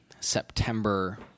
September